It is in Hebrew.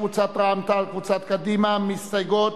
קבוצת רע"ם-תע"ל וקבוצת קדימה מסתייגות